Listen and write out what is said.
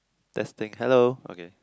testing hello okay